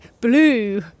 blue